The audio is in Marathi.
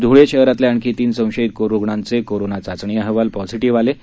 धूळे शहरातल्या आणखी तीन संशयीत रुग्णांचे कोरोना चाचणी अहवाल पॉझिटीव्ह आले आहेत